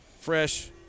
fresh